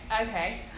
okay